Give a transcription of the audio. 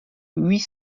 huit